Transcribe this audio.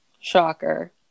Shocker